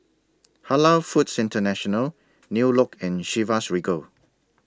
Halal Foods International New Look and Chivas Regal